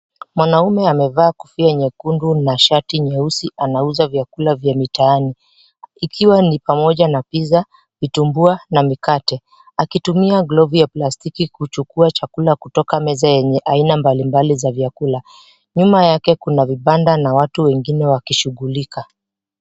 Mwanaume amevaa kofia nyekundu na shati nyeusi anauza vyakula vya mtaani ikiwa ni pamoja na pizza , vitumbua na mikate akitumia glovu ya plastiki kuchukua chakula kutoka meza yenye aina mbali mbali ya vyakula, nyuma yake kuna vibanda na watu wengine wakishughulika.